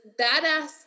badass